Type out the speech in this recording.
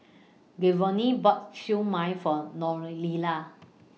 Giovanny bought Siew Mai For Noelia